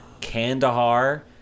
Kandahar